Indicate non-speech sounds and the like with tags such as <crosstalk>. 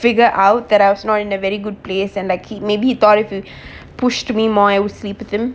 figure out that I was not in a very good place and like he maybe thought if you <breath> push to me more I would sleep with him